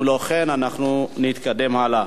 אם לא כן, אנחנו נתקדם הלאה.